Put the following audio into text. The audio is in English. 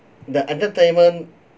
the entertainment